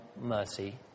mercy